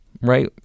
right